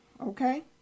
Okay